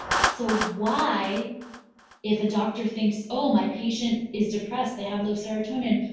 so why if a doctor thinks, oh, my patient is depressed they have low serotonin.